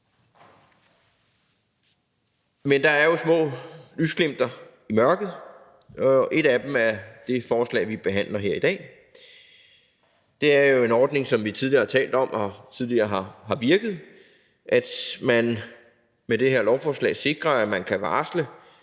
Men der er jo små lysglimt i mørket, og et af dem er det forslag, vi behandler her i dag. Det er jo en ordning, som vi tidligere har talt om, og som tidligere har virket. Med det her lovforslag sikres det, at man kan varsle